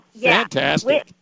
Fantastic